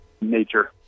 nature